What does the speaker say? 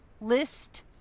list